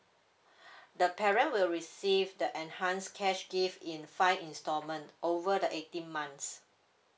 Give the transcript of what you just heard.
the parent will receive the enhanced cash gift in five installment over the eighteen months